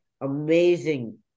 amazing